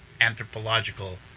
anthropological